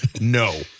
No